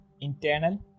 internal